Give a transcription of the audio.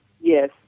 Yes